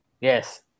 Yes